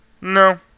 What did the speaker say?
No